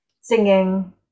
singing